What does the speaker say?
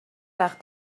وقت